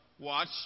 Watch